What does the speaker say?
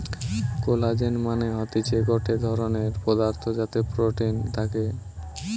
collagen মানে হতিছে গটে ধরণের পদার্থ যাতে প্রোটিন থাকে